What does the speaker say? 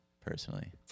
personally